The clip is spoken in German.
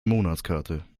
monatskarte